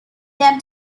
them